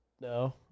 No